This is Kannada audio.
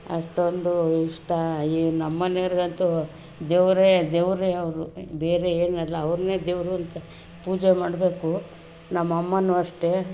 ಅಷ್ಟೊಂದು ಇಷ್ಟ ಈ ನಮ್ಮ ಮನೆವ್ರಿಗಂತೂ ದೇವರೇ ದೇವರೇ ಅವರು ಬೇರೆ ಏನಿಲ್ಲ ಅವ್ರನ್ನೆ ದೇವರು ಅಂತ ಪೂಜೆ ಮಾಡಬೇಕು ನಮ್ಮ ಅಮ್ಮನೂ ಅಷ್ಟೇ